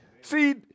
See